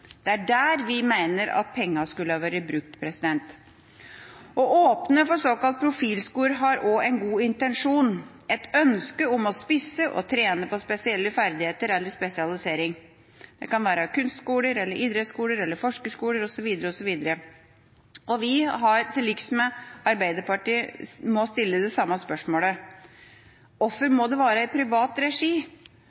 Det er der vi mener at pengene skulle vært brukt. Å åpne for såkalte profilskoler har en god intensjon – et ønske om å spisse og trene på spesielle ferdigheter eller spesialisering. Det kan være kunstskoler, idrettsskoler, forskerskoler osv. osv. Men vi må til liks med Arbeiderpartiet stille spørsmålet: Hvorfor må det være i privat regi?